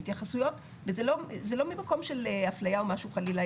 ההתייחסויות וזה לא ממקום של אפליה או משהו חלילה,